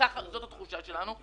זאת התחושה שלנו.